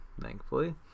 thankfully